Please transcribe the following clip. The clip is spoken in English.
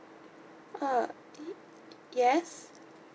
uh y~ yes